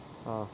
ah